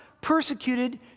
persecuted